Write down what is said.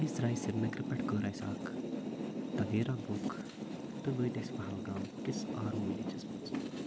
أسۍ درٛایہِ سِریٖنگرٕ پٮ۪ٹھ کٕر اَکھ تَویرا بُک تہٕ وٲتۍ أسۍ پَہَلگام کِس آروٗ وِلیجٮ۪س منٛز